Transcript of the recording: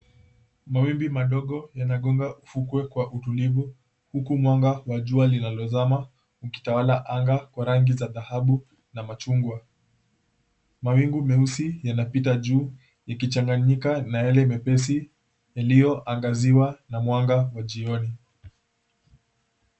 Mawimbi madogo yanagonga fukwe kwa utulivu, huku mwanga wa jua linalozama ukitawala anga kwa rangi za dhahabu na machungwa. Mawingu meusi yanapita juu ikichanganyika na yale mepesi yaliyoangaziwa na mwanga wa jioni.